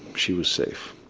she was safe